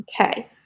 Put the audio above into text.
Okay